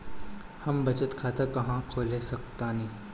हम बचत खाता कहां खोल सकतानी?